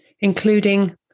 including